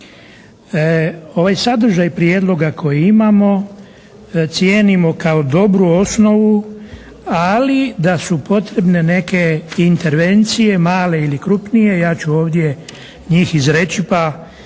Ovaj sadržaj Prijedloga koji imamo cijenimo kao dobru osnovu ali da su potrebne neke intervencije male ili krupnije, ja ću ovdje njih izreći pa